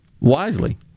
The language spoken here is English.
wisely